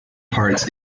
parts